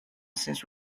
since